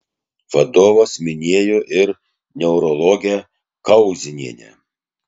vadovas minėjo ir neurologę kauzonienę